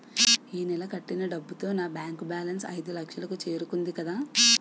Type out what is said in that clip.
ఈ నెల కట్టిన డబ్బుతో నా బ్యాంకు బేలన్స్ ఐదులక్షలు కు చేరుకుంది కదా